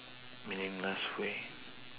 meaningless way